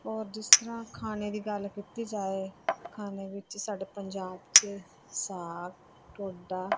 ਔਰ ਜਿਸ ਤਰ੍ਹਾਂ ਖਾਣੇ ਦੀ ਗੱਲ ਕੀਤੀ ਜਾਏ ਖਾਣੇ ਵਿੱਚ ਸਾਡੇ ਪੰਜਾਬ 'ਚ ਸਾਗ ਢੋਡਾ